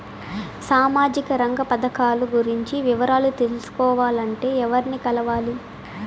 సామాజిక రంగ పథకాలు గురించి వివరాలు తెలుసుకోవాలంటే ఎవర్ని కలవాలి?